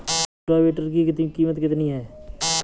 Rotavator की कीमत कितनी है?